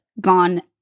gone